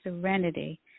serenity